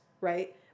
right